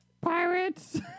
pirates